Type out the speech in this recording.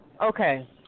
Okay